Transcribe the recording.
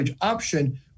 option